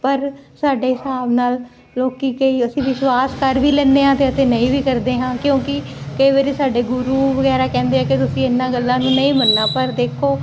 ਪਰ ਸਾਡੇ ਹਿਸਾਬ ਨਾਲ ਲੋਕੀ ਕਈ ਅਸੀਂ ਵਿਸ਼ਵਾਸ ਕਰ ਵੀ ਲੈਦੇ ਆ ਤੇ ਅਤੇ ਨਹੀਂ ਵੀ ਕਰਦੇ ਹਾਂ ਕਿਉਂਕਿ ਕਈ ਵਾਰੀ ਸਾਡੇ ਗੁਰੂ ਵਗੈਰਾ ਕਹਿੰਦੇ ਆ ਕਿ ਤੁਸੀਂ ਇਹਨਾਂ ਗੱਲਾਂ ਨੂੰ ਨਹੀਂ ਮੰਨਣਾ ਪਰ ਦੇਖੋ